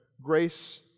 grace